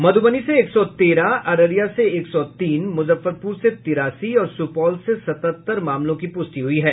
मध्रबनी से एक सौ तेरह अररिया से एक सौ तीन मुजफ्फरपुर से तिरासी और सुपौल से सतहत्तर मामलों की पुष्टि हुई है